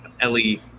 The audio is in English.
Ellie